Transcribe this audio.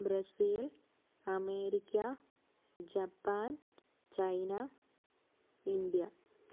Brazil America Japan China India